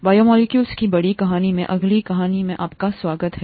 biomolecules की बड़ी कहानी में अगली कहानी में आपका स्वागत है